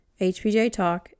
hpjtalk